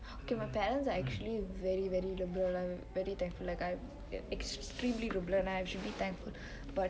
okay my parents are actually very very liberal like very thankful like extremely liberal and I should be thankful